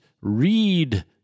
read